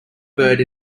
bird